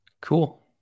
Cool